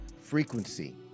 frequency